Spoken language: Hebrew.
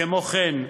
כמו כן,